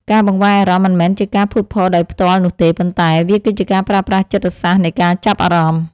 ការបង្វែរអារម្មណ៍មិនមែនជាការភូតភរដោយផ្ទាល់នោះទេ ប៉ុន្តែ វាគឺជាការប្រើប្រាស់ចិត្តសាស្ត្រនៃការចាប់អារម្មណ៍។